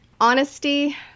honesty